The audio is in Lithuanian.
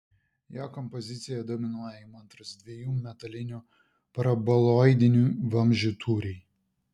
jo kompozicijoje dominuoja įmantrūs dviejų metalinių paraboloidinių vamzdžių tūriai